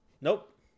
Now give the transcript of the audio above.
Nope